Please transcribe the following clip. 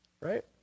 right